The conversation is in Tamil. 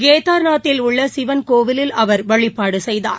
கேதர்நாத்தில் உள்ள சிவன் கோவிலில் அவர் வழிபாடு செய்தார்